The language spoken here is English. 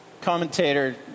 Commentator